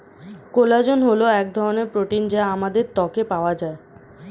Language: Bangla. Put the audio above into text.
কোলাজেন হল এক ধরনের প্রোটিন যা আমাদের ত্বকে পাওয়া যায়